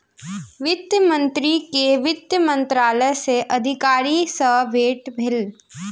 वित्त मंत्री के वित्त मंत्रालय के अधिकारी सॅ भेट भेल